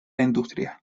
industria